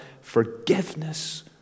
Forgiveness